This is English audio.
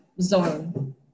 zone